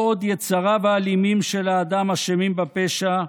לא עוד יצריו האלימים של האדם אשמים בפשע,